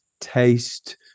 taste